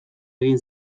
egin